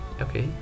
okay